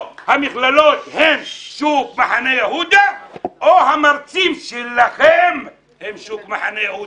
או שהמכללות הן שוק מחנה יהודה או שהמרצים שלכם הם שוק מחנה יהודה,